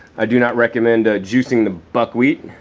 i do not recommend juicing the buckwheat,